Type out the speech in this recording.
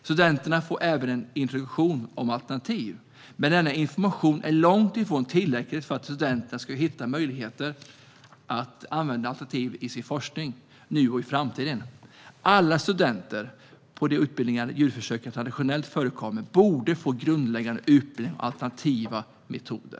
Studenterna får även en introduktion om alternativ, men denna information är långt ifrån tillräcklig för att studenten ska hitta möjligheter att använda alternativ i sin forskning, nu och i framtiden. Alla studenter på de utbildningar där djurförsök traditionellt förekommer borde få grundläggande utbildning om alternativa metoder.